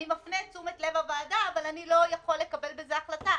אני מפנה את תשומת לב הוועדה אבל אני לא יכול לקבל בזה החלטה,